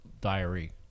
diary